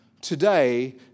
Today